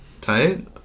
Tight